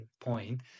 point